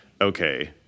okay